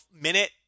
minute